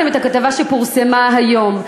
הכתבה שפורסמה היום,